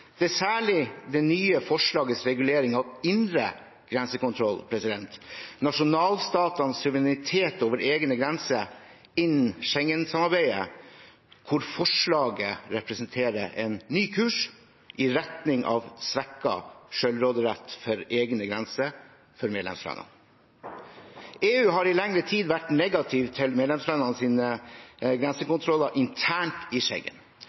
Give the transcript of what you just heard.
Det er særlig det nye forslagets regulering av indre grensekontroll, nasjonalstatenes suverenitet over egne grenser innen Schengen-samarbeidet, som representerer en ny kurs, i retning av svekket selvråderett for egne grenser for medlemslandene. EU har i lengre tid vært negativ til medlemslandenes grensekontroller internt i